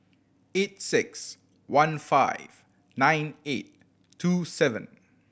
eight six one five nine eight two seven